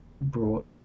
brought